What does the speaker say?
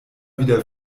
wieder